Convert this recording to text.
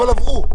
אבל עברו,